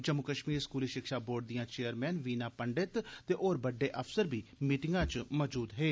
जम्मू कश्मीर स्कूली शिक्षा बोर्ड दियां चेयरमैन वीना पंडित ते होर बड्डे अफसर बी मीटिंगै च मजूद हे